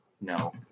No